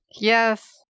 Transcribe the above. Yes